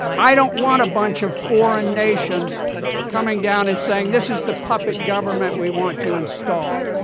i don't want a bunch of foreign nations coming down and saying, this is the puppet government we want to install.